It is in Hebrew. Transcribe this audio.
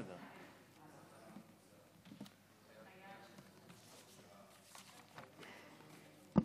שאין, צריך להיות פה שר,